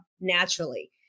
naturally